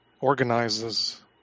organizes